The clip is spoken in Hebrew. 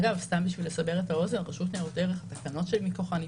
כדי לסבר את האוזן רשות ניירות ערך התקנות שמכוחן היא